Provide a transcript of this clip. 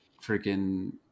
freaking